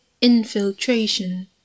infiltration